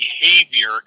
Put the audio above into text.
behavior